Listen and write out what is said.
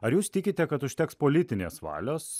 ar jūs tikite kad užteks politinės valios